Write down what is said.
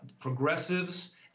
progressives